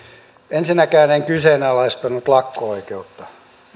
ensinnäkään en kyseenalaistanut lakko oikeutta